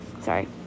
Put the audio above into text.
Sorry